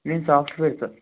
నేను software sir